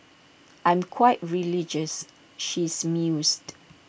I'm quite religious she's mused